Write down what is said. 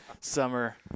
summer